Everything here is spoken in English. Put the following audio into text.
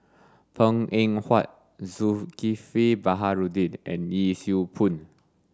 Png Eng Huat Zulkifli Baharudin and Yee Siew Pun